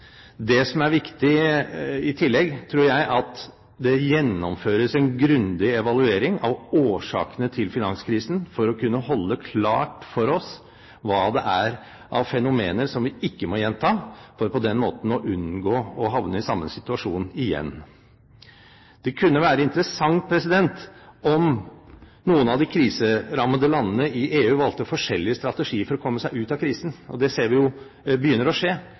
Det som er viktig i tillegg, tror jeg, er at det gjennomføres en grundig evaluering av årsakene til finanskrisen for å kunne holde klart for oss hva det er av fenomener som vi ikke må gjenta, for å unngå å havne i samme situasjon igjen. Det kunne være interessant om noen av de kriserammede landene i EU valgte forskjellig strategi for å komme seg ut av krisen – og det ser vi begynner å skje.